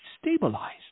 stabilized